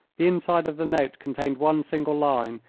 the inside of the note contained one single line,